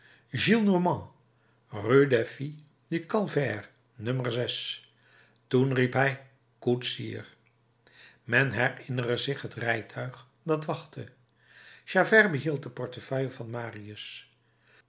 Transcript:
du calvaire toen riep hij koetsier men herinnere zich het huurrijtuig dat wachtte javert behield de portefeuille van marius